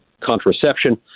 contraception